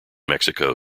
mexico